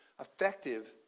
effective